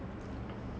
mm